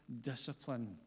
discipline